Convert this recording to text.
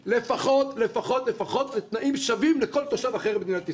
לפחות לפחות לפחות לתנאים שווים כמו לכל תושב אחר במדינת ישראל.